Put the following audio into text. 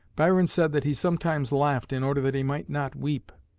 byron said that he sometimes laughed in order that he might not weep.